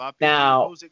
Now